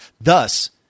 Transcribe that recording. Thus